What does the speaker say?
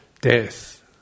death